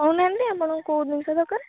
କହୁ ନାହାନ୍ତି ଆପଣଙ୍କର କୋଉ ଜିନିଷ ଦରକାର